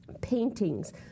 paintings